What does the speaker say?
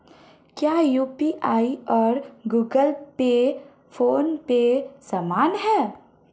क्या यू.पी.आई और Google Pay PhonePe समान हैं?